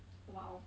oh !wow!